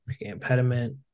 impediment